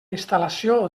instal·lació